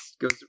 goes